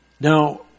Now